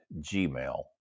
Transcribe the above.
gmail